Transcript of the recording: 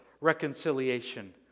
reconciliation